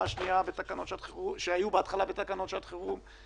השנייה שהיו בהתחלה בתקנות שעת חירום,